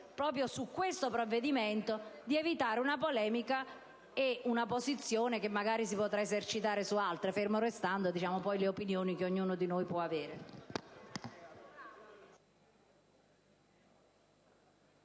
proprio su questo provvedimento, di evitare una polemica e una posizione che, magari, si potrà assumere su altri punti, ferme restando le opinioni che ognuno di noi può avere.